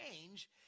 change